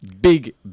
big